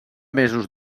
mesos